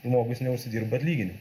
žmogus neužsidirba atlyginimui